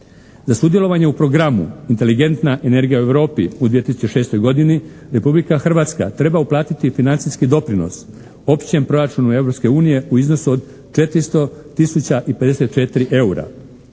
Za sudjelovanje u programu "Inteligentna energija u Europi" u 2006. godini Republika Hrvatska treba uplatiti financijski doprinos općem proračunu Europske unije u iznosu od 400 tisuća